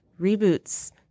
reboots